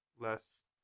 less